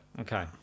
Okay